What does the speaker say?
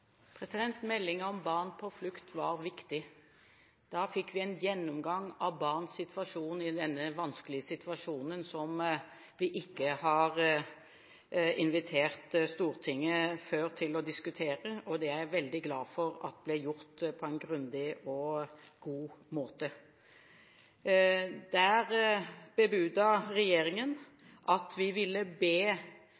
Barn på flukt var viktig. Vi fikk da en gjennomgang av hvordan barn har det i denne vanskelige situasjonen, noe vi ikke før har invitert Stortinget til å diskutere. Jeg er veldig glad for at det ble gjort på en grundig og god måte.